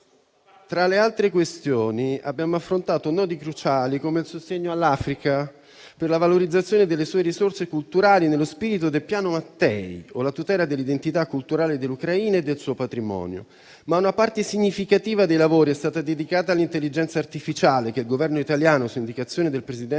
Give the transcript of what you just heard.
Tra le altre questioni, abbiamo affrontato nodi cruciali, come il sostegno all'Africa per la valorizzazione delle sue risorse culturali, nello spirito del Piano Mattei, o la tutela dell'identità culturale dell'Ucraina e del suo patrimonio. Una parte significativa dei lavori è stata dedicata all'intelligenza artificiale che il Governo italiano, su indicazione del presidente